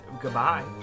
Goodbye